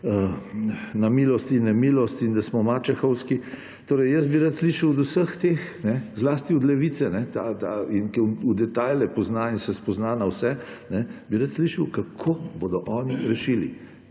na milost in nemilost in da smo mačehovski. Rad bi slišal od vseh teh, zlasti od Levice, ki v detajle pozna in se spozna na vse, bi rad slišal, kako bodo oni rešili.